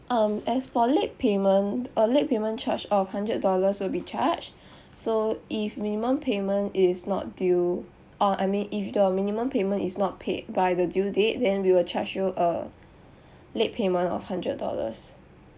um as for late payment a late payment charge of hundred dollars will be charged so if minimum payment is not due or I mean if the minimum payment is not paid by the due date then we will charge you a late payment of hundred dollars